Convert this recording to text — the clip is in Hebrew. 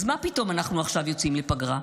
אז מה פתאום אנחנו עכשיו יוצאים לפגרה?